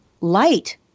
light